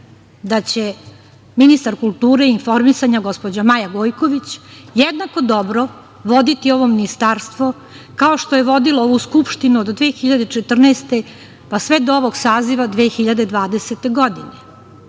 da će ministar kulture i informisanja gospođa Maja Gojković jednako voditi ovo ministarstvo, kao što je vodila ovu Skupštinu od 2014, pa sve do ovog saziva 2020. godine.